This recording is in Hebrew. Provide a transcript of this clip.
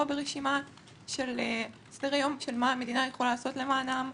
ברשימה של סדר-היום של מה המדינה יכולה לעשות למענם.